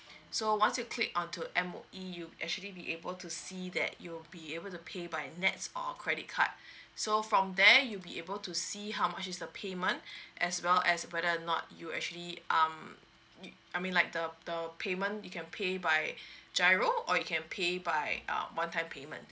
so once you click on to M_O_E you actually be able to see that you'll be able to pay by NETS or credit card so from there you'll be able to see how much is the payment as well as whether or not you actually um you I mean like the the payment you can pay by giro or you can pay by um one time payment